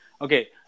Okay